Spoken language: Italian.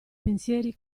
pensieri